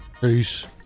peace